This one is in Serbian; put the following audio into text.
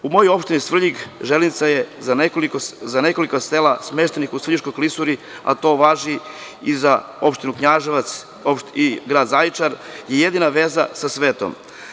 U mojoj opštini Svrljig, železnica je za nekoliko sela smeštenih u Svrljiškoj klisuri, a to važi i za opštinu Knjaževac, grad Zaječar i to je jedina veza sa svetom.